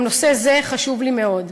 גם נושא זה חשוב לי מאוד.